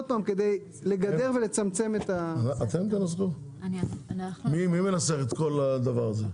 כדי לגדר ולצמצם את --- מי מנסח את כל הדבר הזה?